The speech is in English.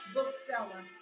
Bookseller